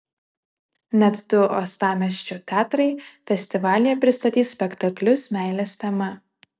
net du uostamiesčio teatrai festivalyje pristatys spektaklius meilės tema